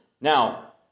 Now